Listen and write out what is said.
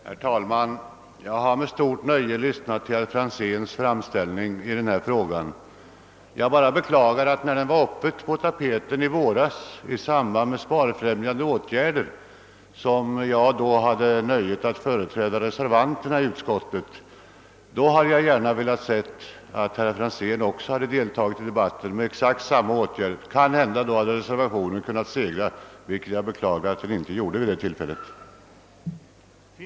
Herr talman! Jag har med stort nöje lyssnat till herr Franzéns i Motala framställning i denna fråga. När den var på tapeten i våras i samband med ett förslag om sparfrämjande åtgärder — varvid jag hade äran att företräda reservanterna i utskottet — hade jag emellertid gärna velat se också herr Franzén delta i debatten om exakt samma åtgärder. Kanhända hade då reservationen kunnat segra, vilket den beklagligtvis inte gjorde vid detta tillfälle.